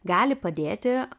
gali padėti